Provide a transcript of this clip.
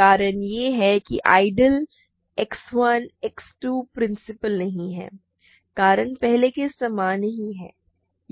कारण यह है कि आइडियल X 1 X 2 प्रिंसिपल नहीं है कारण पहले के समान ही है